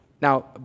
Now